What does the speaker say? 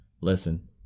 listen